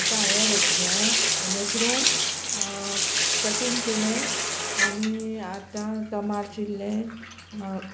आतां हांये रस मशरूम कटींग केले आनी आतां तमाट चिरलें